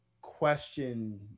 question